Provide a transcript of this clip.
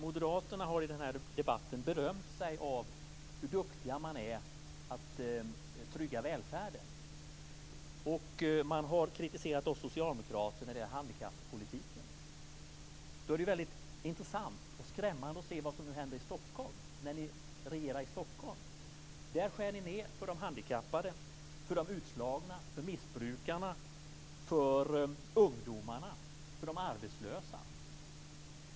Moderaterna har i den här debatten berömt sig av hur duktiga de är att trygga välfärden. De har också kritiserat socialdemokraterna när det gäller handikappolitiken. Då är det väldigt intressant och skrämmande att se vad som nu händer när ni regerar i Stockholm. Där skär ni ned för de handikappade, för de utslagna, för missbrukarna, för ungdomarna, för de arbetslösa.